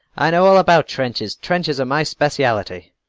i know all about trenches trenches are my specialty.